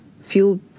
feel